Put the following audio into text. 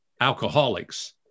alcoholics